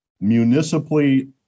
municipally